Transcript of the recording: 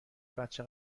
بچه